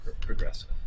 progressive